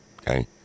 okay